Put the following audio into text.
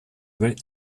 wrote